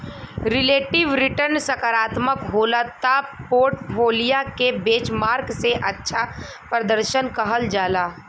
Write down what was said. relative return सकारात्मक होला त पोर्टफोलियो के बेंचमार्क से अच्छा प्रर्दशन कहल जाला